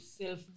Self